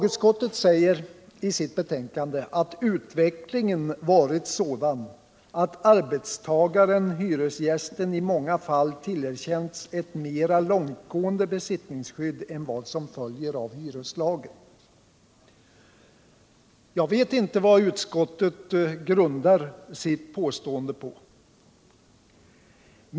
Utskottet säger i sitt betänkande att utvecklingen varit sådan att arbetstagaren/hyresgästen i många fall tillerkänts ett mer långtgående besittningsskydd än vad som följer av hyreslagen. Jag vet inte vad utskottet grundar sitt påstående på.